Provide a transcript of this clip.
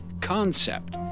Concept